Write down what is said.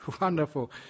wonderful